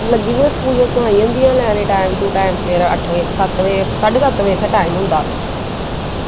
लक्की दियां स्कूल बस्सां आई जंदियां लैने टाईम टू टाईम सवेरें अट्ठ बजे सत्त बज़ साह्ड्डे सत्त बजे इत्थै टैम होंदा